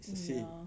ya